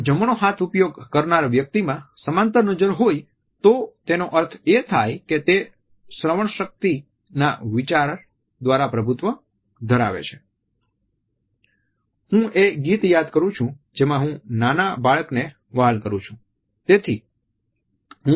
જો જમણો હાથ ઉપયોગ કરનાર વ્યક્તિમાં સમાંતર નજર હોય તો તેનો અર્થ એ થાય કે તે શ્રવણશક્તિ ના વિચાર દ્વારા પ્રભુત્વ ધરાવે છે હું એ ગીત યાદ કરું છું જેમાં હું નાના બાળકને વહાલ કરું છુ